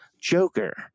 Joker